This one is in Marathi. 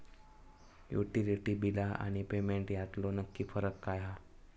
युटिलिटी बिला आणि पेमेंट यातलो नक्की फरक काय हा?